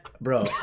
bro